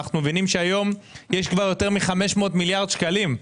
ואנחנו מבינים שהיום יש כבר יותר מ-500 מיליארד שקלים.